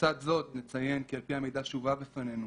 לצד זאת, נציין כי על-פי המידע שהובא בפנינו,